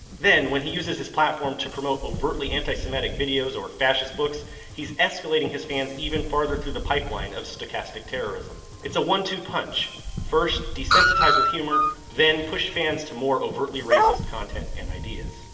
then when he uses his platform to promote overtly anti-semitic videos or fascist books he's escalating his fans even farther through the pipeline of stochastic terrorism. it's a one-two punch first desensitized with humor then pushed fans to more overtly racist content and ideas.